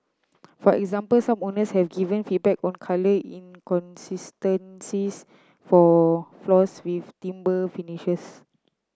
for example some owners have given feedback on colour inconsistencies for floors with timber finishes